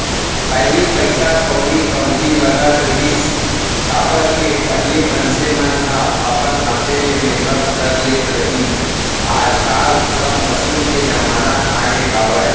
पहिली पइसा कउड़ी कमती लगत रहिस, काबर कि पहिली मनसे मन ह अपन हाथे ले मेहनत कर लेत रहिन आज काल सब मसीन के जमाना आगे हावय